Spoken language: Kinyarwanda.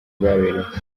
bwabereye